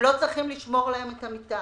הם לא צריכים לשמור להם את המיטה,